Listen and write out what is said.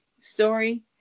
story